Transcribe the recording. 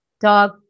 dog